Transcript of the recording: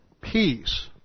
peace